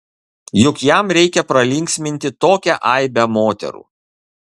juk jam reikia pralinksminti tokią aibę moterų